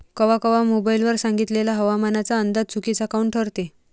कवा कवा मोबाईल वर सांगितलेला हवामानाचा अंदाज चुकीचा काऊन ठरते?